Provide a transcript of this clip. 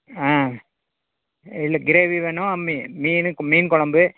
ஆ இல்லை கிரேவி வேணும் மீ மீன் மீன் குழம்பு